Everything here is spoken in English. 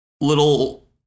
little